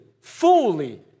fully